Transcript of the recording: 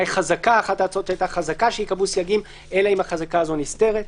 שקובעת חזקה שייקבעו סייגים אלא אם היא נסתרת.